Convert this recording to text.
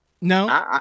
No